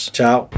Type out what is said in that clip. Ciao